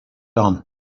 done